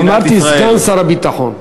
אמרתי סגן שר הביטחון.